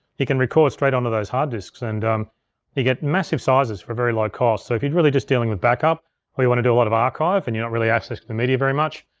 you can record straight onto those hard disks and um you get massive sizes for very low cost. so if you're really just dealing with backup or you wanna do a lot of archive, and you don't really access the media very much,